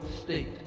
state